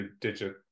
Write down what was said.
digit